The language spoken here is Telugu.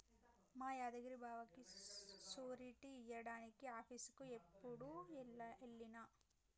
మా యాదగిరి బావకి సూరిటీ ఇయ్యడానికి ఆఫీసుకి యిప్పుడే ఎల్లిన